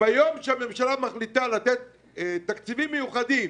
ביום שהממשלה מחליטה לתת תקציבים מיוחדים